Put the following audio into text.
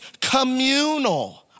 communal